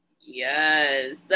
yes